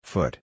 Foot